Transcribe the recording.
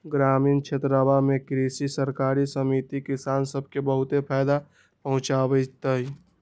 ग्रामीण क्षेत्रवा में कृषि सरकारी समिति किसान सब के बहुत फायदा पहुंचावीत हई